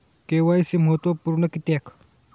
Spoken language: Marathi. के.वाय.सी महत्त्वपुर्ण किद्याक?